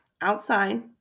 outside